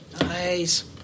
Nice